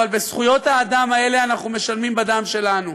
אבל בזכויות האדם האלה אנחנו משלמים בדם שלנו.